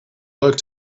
work